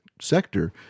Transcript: sector